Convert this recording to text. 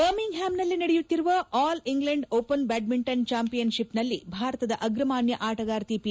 ಬರ್ಮಿಂಗ್ಹ್ಲಾಮ್ನಲ್ಲಿ ನಡೆಯುತ್ತಿರುವ all England open badminton ಚಾಂಪಿಯನ್ಶಿಪ್ನಲ್ಲಿ ಭಾರತದ ಅಗ್ರಮಾನ್ನ ಆಟಗಾರ್ತಿ ಪಿ